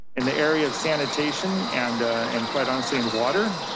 in the area of sanitation, and and quite honestly in water,